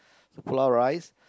so pilau rice